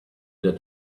led